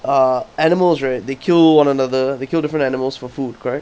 uh animals right they kill one another they kill different animals for food correct